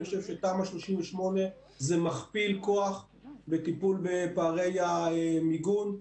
אני חושב שתמ"א 38 זה מכפיל כוח בטיפול בפערי המיגון.